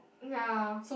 nah